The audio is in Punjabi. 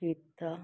ਕੀਤਾ